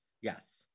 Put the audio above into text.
yes